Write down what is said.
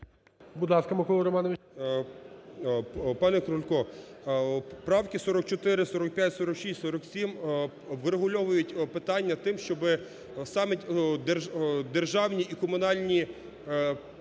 Пане Крулько, правки 44, 45, 46, 47 врегульовують питання тим, щоб саме державні і комунальні заклади